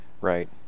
Right